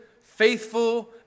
faithful